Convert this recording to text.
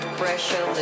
pressure